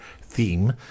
theme